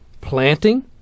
planting